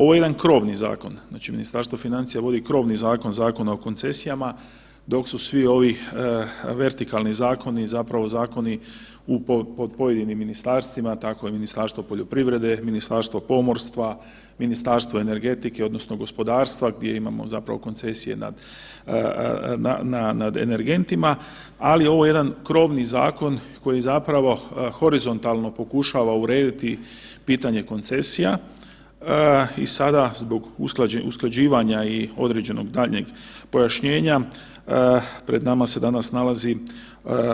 Ovo je jedan krovni zakon, znači Ministarstvo financija vodi krovni zakon, Zakon o koncesijama, dok su svi ovi vertikalni zakoni, zapravo zakoni u pojedinim ministarstvima, tako i Ministarstvo poljoprivrede, Ministarstvo pomorstva, Ministarstvo energetike odnosno gospodarstva, gdje imamo zapravo koncesije nad energentima, ali ovo je jedan krovni zakon koji zapravo horizontalno pokušava urediti pitanje koncesija i sada zbog usklađivanja i određenog daljnjeg pojašnjenja, pred nama se danas nalazi